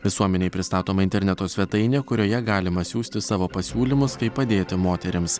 visuomenei pristatoma interneto svetainė kurioje galima siųsti savo pasiūlymus kaip padėti moterims